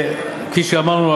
כפי שאמרנו,